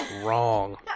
Wrong